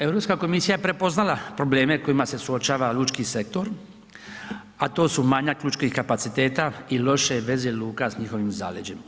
Europska komisija je prepoznala probleme s kojima se suočava lučki sektor a to su manjak lučkih kapaciteta i loše veze luka sa njihovim zaleđem.